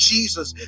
Jesus